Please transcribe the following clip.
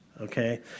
okay